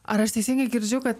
ar aš teisingai girdžiu kad